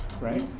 right